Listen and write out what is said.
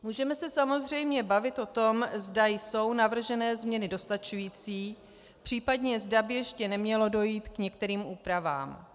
Můžeme se samozřejmě bavit o tom, zda jsou navržené změny dostačující, případně zda by ještě nemělo dojít k některým úpravám.